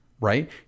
right